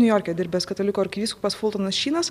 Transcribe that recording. niujorke dirbęs katalikų arkivyskupas fultanas šynas